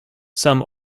some